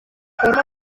forma